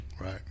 Right